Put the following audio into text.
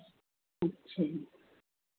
अच्छा